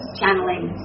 channeling